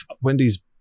Wendy's